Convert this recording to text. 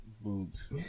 boobs